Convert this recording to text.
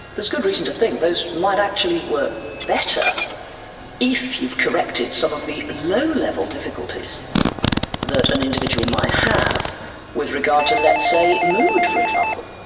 there's good reason to think those might actually work better if you've corrected some of the low-level difficulties that an individual might have with regard to let's say mood for example.